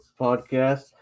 Podcast